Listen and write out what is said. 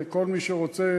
כל מי שרוצה,